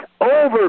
over